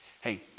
Hey